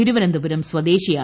തിരുവനന്തപുരം സ്വദേശിയാണ്